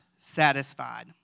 satisfied